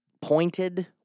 pointed